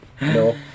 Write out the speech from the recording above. No